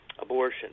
abortion